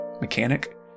mechanic